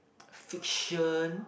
fiction